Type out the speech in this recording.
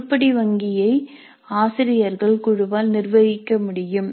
உருப்படி வங்கியை ஆசிரியர்கள் குழுவால் நிர்வகிக்க முடியும்